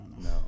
no